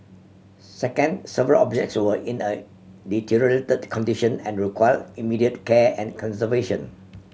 second several objects were in a condition and require immediate care and conservation